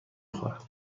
خورم